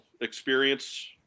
experience